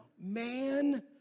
Man